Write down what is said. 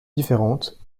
différentes